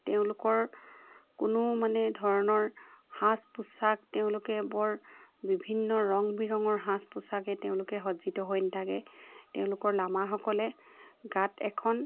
তেওঁলোকৰ কোনো মানে ধৰণৰ সাজ পোছাক তেওঁলোকে বৰ বিভিন্ন ৰং বিৰঙৰ সাজ পোছাকে তেওঁলোকে সজ্জিত হৈ নেথাকে তেওঁলোকৰ লামাসকলে গাত এখন